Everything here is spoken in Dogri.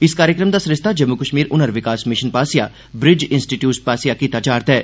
इस कार्यक्रम दा सरिस्ता जम्मू कष्मीर हुनर विकास मिषन पास्सेआ ब्रिज इन्स्टीच्यूट पास्सेआ कीता जारदा ऐ